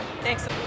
Thanks